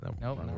nope